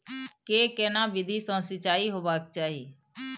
के केना विधी सॅ सिंचाई होबाक चाही?